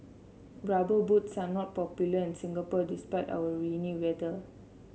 rubber boots are not popular in Singapore despite our rainy weather